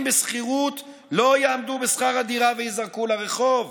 בשכירות לא יעמדו בשכר הדירה וייזרקו לרחוב.